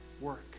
work